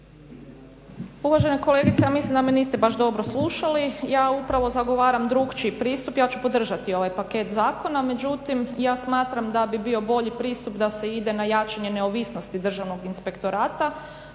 Uvažena kolegice ja mislim da me niste baš dobro slušali. Ja upravo zagovaram drukčiji pristup, ja ću podržati ovaj paket zakona. Međutim, ja smatram da bi bio bolji pristup da se ide na jačanje neovisnosti Državnog inspektorata